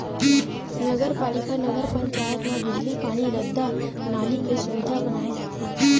नगर पालिका, नगर पंचायत म बिजली, पानी, रद्दा, नाली के सुबिधा बनाए जाथे